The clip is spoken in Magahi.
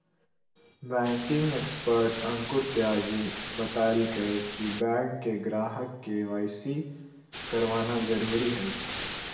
बैंकिंग एक्सपर्ट अंकुर त्यागी बतयलकय कि बैंक के ग्राहक के.वाई.सी करवाना जरुरी हइ